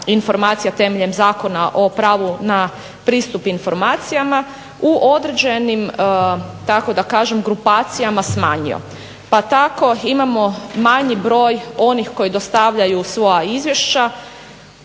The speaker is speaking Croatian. informacija temeljem Zakona o pravu na pristup informacijama u određenim tako da kažem grupacijama smanjio. Pa tako imamo manji broj onih koji dostavljaju svoja izvješća,